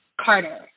Carter